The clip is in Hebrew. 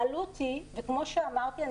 כמו שאמרתי,